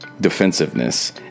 defensiveness